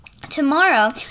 Tomorrow